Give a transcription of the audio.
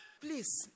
Please